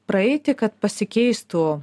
praeiti kad pasikeistų